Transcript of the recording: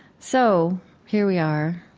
so here we are.